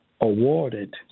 awarded